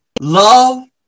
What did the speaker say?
love